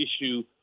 issue